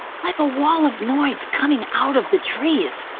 like a wall of noise coming out of the trees.